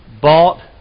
bought